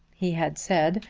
he had said,